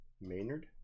Maynard